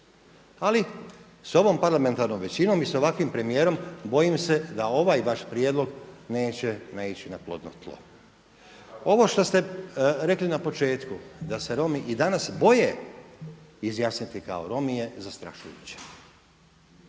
Ali s ovom parlamentarnom većinom i sa ovakvim premijerom bojim se da ovaj vaš prijedlog neće naići na plodno tlo. Ovo što ste rekli na početku da se Romi i danas boje izjasniti kao Romi je zastrašujuće.